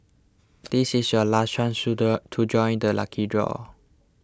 this is your last chance to the to join the lucky draw